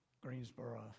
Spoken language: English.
Greensboro